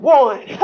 one